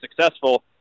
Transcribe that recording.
successful